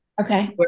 Okay